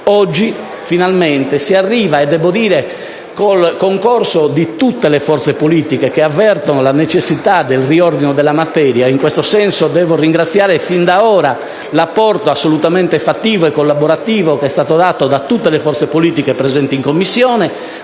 Oggi finalmente si arriva al risultato grazie al concorso di tutte le forze politiche che avvertono la necessità del riordino della materia. In questo senso devo ringraziare fin da ora l'apporto assolutamente collaborativo dato da tutte le forze politiche presenti in Commissione,